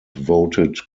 voted